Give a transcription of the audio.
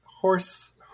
horse